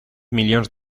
milions